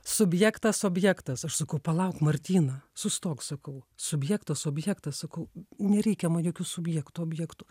subjektas objektas aš sakau palauk martyna sustok sakau subjektas objektas sakau nereikia man jokių subjektų objektų